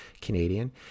Canadian